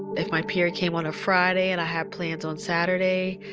if my period came on a friday and i had plans on saturday,